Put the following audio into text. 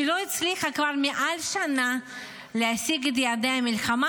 שלא הצליחה כבר מעל שנה להשיג את יעדי המלחמה,